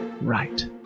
Right